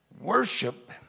Worship